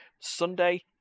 Sunday